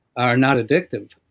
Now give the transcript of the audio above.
are not addictive,